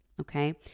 okay